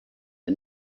the